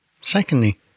Secondly